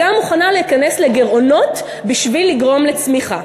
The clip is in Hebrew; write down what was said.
גם מוכנה להיכנס לגירעונות בשביל לגרום לצמיחה.